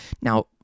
Now